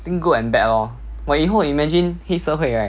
think good and bad lor !wah! 以后 imagine 黑社会 right